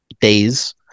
days